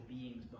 beings